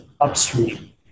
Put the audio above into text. upstream